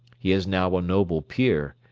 he is now a noble peer,